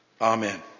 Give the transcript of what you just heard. Amen